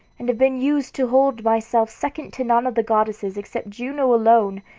and have been used to hold myself second to none of the goddesses except juno alone,